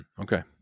Okay